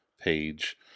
page